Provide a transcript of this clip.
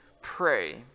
pray